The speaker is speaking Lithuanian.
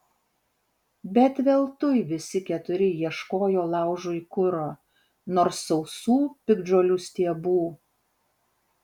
bet veltui visi keturi ieškojo laužui kuro nors sausų piktžolių stiebų